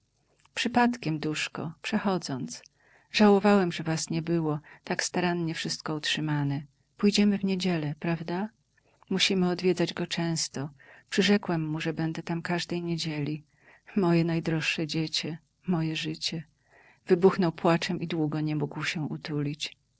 przypadkiem duszko przechodząc żałowałem że was nie było tak starannie wszystko utrzymane pójdziemy w niedzielę prawda musimy odwiedzać go często przyrzekłem mu że będę tam każdej niedzieli moje najdroższe dziecię moje życie wybuchnął płaczem i długo nie mógł się utulić